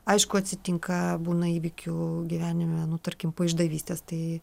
aišku atsitinka būna įvykių gyvenime tarkim po išdavystės tai